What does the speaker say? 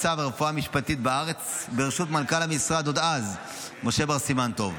מצב הרפואה המשפטית בארץ בראשות מנכ"ל המשרד עוד אז משה בר סימן טוב.